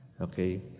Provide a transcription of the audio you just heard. okay